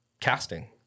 casting